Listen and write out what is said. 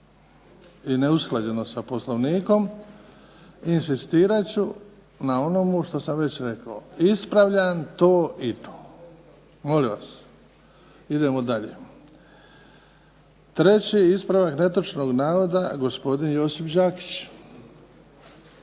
i neusklađeno sa Poslovnikom inzistirat ću na onomu što sam već rekao. Ispravljam to i to, molim vas. Idemo dalje. Treći ispravak netočnog navoda gospodin Josip Đakić.